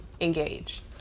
engage